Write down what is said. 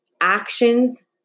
actions